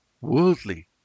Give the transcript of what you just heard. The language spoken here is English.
worldly